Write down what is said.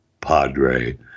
padre